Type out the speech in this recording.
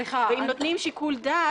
ואם נותנים שיקול דעת,